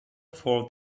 for